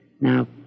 Now